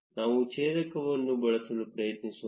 ನಾವು ಛೇದಕವನ್ನು ಬಳಸಲು ಪ್ರಯತ್ನಿಸೋಣ